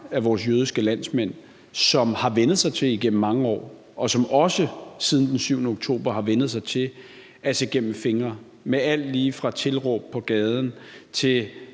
af vores jødiske landsmænd, som igennem mange år har vænnet sig til og også siden den 7. oktober har vænnet sig til at se gennem fingre med alt lige fra tilråb på gaden til